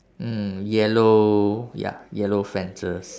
mm yellow ya yellow fences